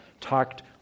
talked